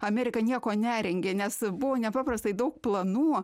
amerika nieko nerengė nes buvo nepaprastai daug planų